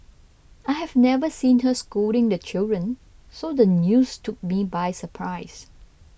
I have never seen her scolding the children so the news took me by surprise